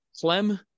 Clem